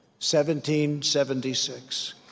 1776